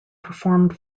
performed